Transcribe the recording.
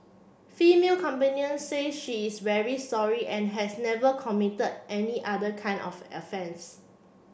female companion say she is very sorry and has never committed any other kind of offence